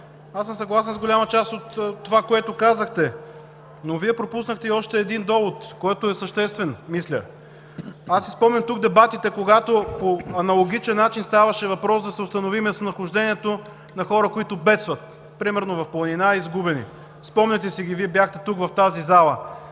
аз съм съгласен с голяма част от това, което казахте, но Вие пропуснахте и още един довод, който е съществен, мисля. Аз си спомням тук дебатите, когато по аналогичен начин ставаше въпрос да се установи местонахождението на хора, които бедстват – примерно изгубени в планина, спомняте си ги, Вие бяхте тук, в тази зала.